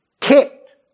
Kicked